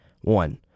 One